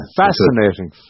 fascinating